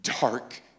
dark